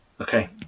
Okay